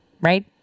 Right